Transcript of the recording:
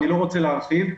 אני לא רוצה להרחיב,